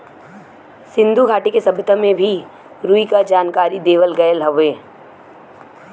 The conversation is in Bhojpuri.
सिन्धु घाटी के सभ्यता में भी रुई क जानकारी देवल गयल हउवे